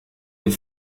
les